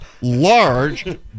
large